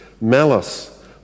malice